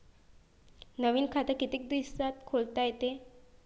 नवीन खात कितीक दिसात खोलता येते?